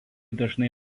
dažnai